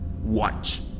Watch